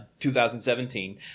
2017